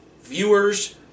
viewers